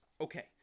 Okay